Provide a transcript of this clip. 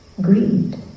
greed